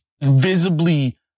visibly